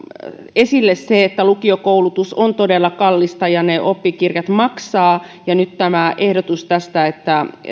esille se että lukiokoulutus on todella kallista ja ne oppikirjat maksavat ja nyt tämä ehdotus että